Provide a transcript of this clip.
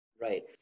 Right